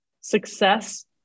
Success